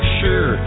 sure